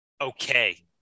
okay